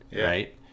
Right